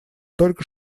только